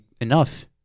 enough